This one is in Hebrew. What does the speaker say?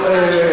טוב,